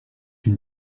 une